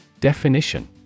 Definition